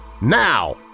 NOW